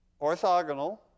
Orthogonal